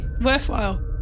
Worthwhile